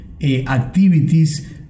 activities